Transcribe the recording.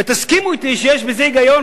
ותסכימו אתי שיש בזה היגיון,